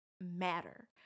matter